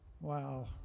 Wow